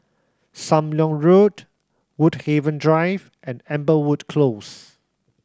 Sam Leong Road Woodhaven Drive and Amberwood Close